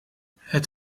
het